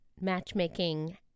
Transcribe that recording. matchmaking